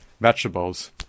vegetables